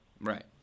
Right